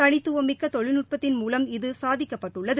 தனித்துவமிக்க தொழில்நுட்பத்தின் மூலம் இது சாதிக்கப்பட்டுள்ளது